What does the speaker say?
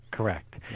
Correct